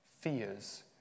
fears